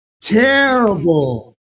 Terrible